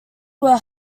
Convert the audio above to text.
were